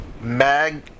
mag